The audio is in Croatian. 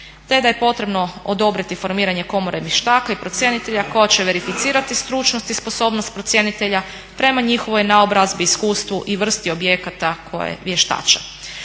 Te da je potrebno odobriti formiranje komore vještaka i procjenitelja koja će verificirati stručnost i sposobnost procjenitelja prema njihovoj naobrazbi, iskustvu i vrsti objekata koje vještače.